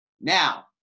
Now